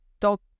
talk